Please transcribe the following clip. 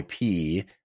IP